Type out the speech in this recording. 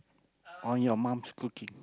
or your mum's cooking